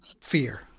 fear